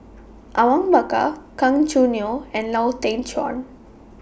Awang Bakar Gan Choo Neo and Lau Teng Chuan